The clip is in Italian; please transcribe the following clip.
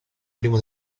primo